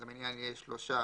אז המניין יהיה שלושה,